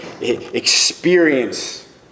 experience